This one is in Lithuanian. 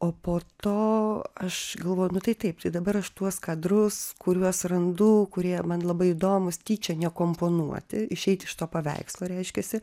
o po to aš galvoju nu tai taip tai dabar aš tuos kadrus kuriuos randu kurie man labai įdomūs tyčia nekomponuoti išeiti iš to paveikslo reiškiasi